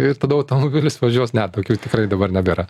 ir tada automobilis važiuos ne tokių tikrai dabar nebėra